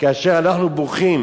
כאשר אנחנו בוכים